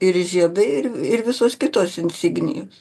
ir žiedai ir ir visos kitos insignijos